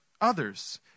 others